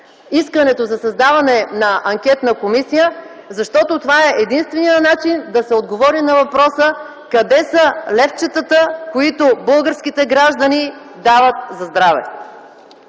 искането за създаване на анкетна комисия, защото това е единственият начин да се отговори на въпроса къде са левчетата, които българските граждани дават за здраве.